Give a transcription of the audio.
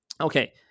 okay